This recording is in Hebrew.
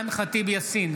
יאסין,